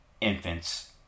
infant's